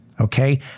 okay